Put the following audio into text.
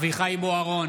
בוארון,